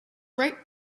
ripe